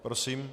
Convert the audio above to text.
Prosím.